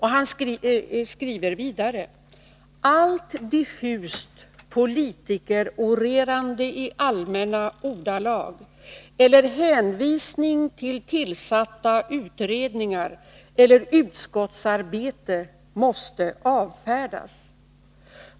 Han skriver vidare: ”Allt diffust politikerorerande i allmänna ordalag, eller hänvisning till tillsatta utredningar eller utskottsarbete, måste avfärdas.